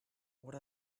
what